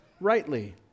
rightly